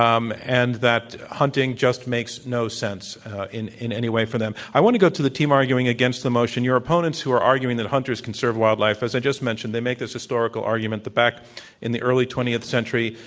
um and that hunting just makes no sense in in any way for them. i want to go to the team arguing against the motion. your opponents, who are arguing that hunters conserve wildlife, as i just mentioned they make this historical argument that back in the early twentieth century,